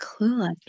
Clueless